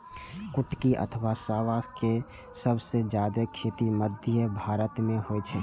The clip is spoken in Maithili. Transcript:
कुटकी अथवा सावां के सबसं जादे खेती मध्य भारत मे होइ छै